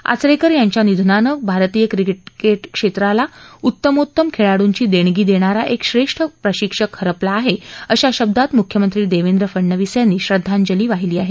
आचरेकर यांच्या निधनाने भारतीय क्रिकेट क्षेत्राला उत्तमोत्तम खेळाडूंची देणगी देणारा एक श्रेष्ठ प्रशिक्षक हरपला आहे अशा शब्दांत मुख्यमंत्री देवेंद्र फडनवीस यांनी श्रद्वांजली वाहिली आहे